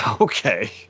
Okay